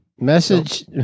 Message